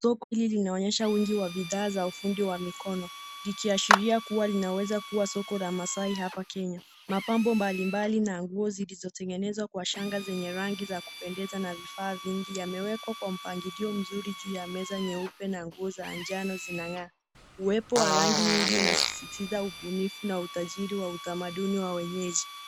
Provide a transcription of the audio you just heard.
Soko hili linaonyesha wingi wa bidhaa za ufundi wa mikono, likiashiria kuwa linaweza kuwa soko la Maasai hapa Kenya. Mapambo mbali mbali na nguo zilizotengenezwa kwa shanga zenye rangi za kupendeza na vifaa vingi, yamekwa kwa mpangilio mzuri juu ya meza nyeupe na nguo za njano zinang'aa. Uwepo wa rangi nyingi unasisitiza ubunifu na utajiri wa utamaduni wa wenyeji.